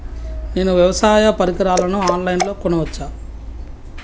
నేను వ్యవసాయ పరికరాలను ఆన్ లైన్ లో కొనచ్చా?